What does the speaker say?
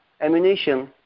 ammunition